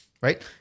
right